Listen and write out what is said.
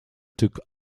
took